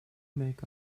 make